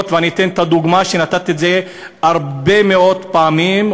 אני אתן דוגמה שנתתי הרבה מאוד פעמים,